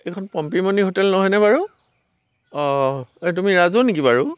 এইখন পম্পীমণি হোটেল নহয়নে বাৰু অঁ এ তুমি ৰাজু নেকি বাৰু